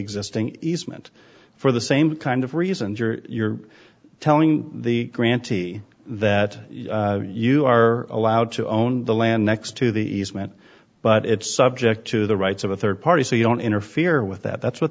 existing easement for the same kind of reasons you're telling the grantee that you are allowed to own the land next to the easement but it's subject to the rights of a third party so you don't interfere with that that's what